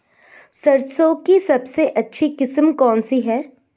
सरसों की सबसे अच्छी किस्म कौन सी है?